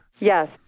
Yes